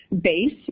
base